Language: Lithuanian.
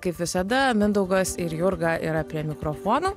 kaip visada mindaugas ir jurga yra prie mikrofonų